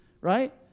right